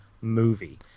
movie